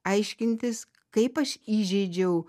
aiškintis kaip aš įžeidžiau